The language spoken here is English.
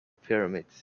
pyramids